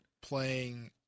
playing –